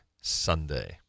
Sunday